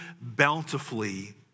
bountifully